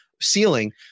ceiling